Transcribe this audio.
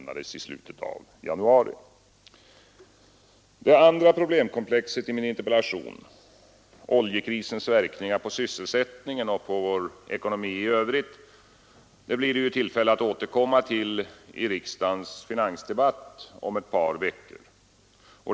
Det andra problemkomplexet i min interpellation, oljekrisens verkningar på sysselsättningen och på vår ekonomi i övrigt, blir det tillfälle att återkomma till i riksdagens finansdebatt om ett par veckor.